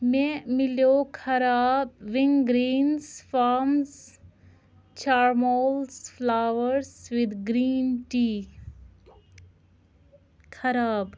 مےٚ میلیٛو خراب وِنٛگ گرٛیٖنٕز فارمٕز چارمولٕز فٕلاوٲرٕس وِد گرٛیٖن ٹی خراب